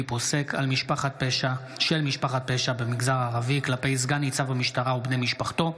פוסק של משפחת פשע במגזר הערבי כלפי סגן ניצב במשטרה ובני משפחתו.